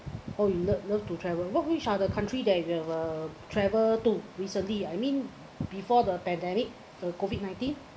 oh you love love to travel what which are the country that uh travel to recently I mean before the pandemic COVID-nineteen